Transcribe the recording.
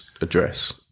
address